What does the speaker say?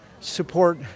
support